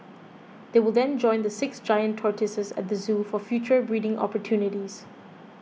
they will then join the six giant tortoises at the zoo for future breeding opportunities